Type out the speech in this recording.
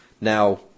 Now